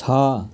छ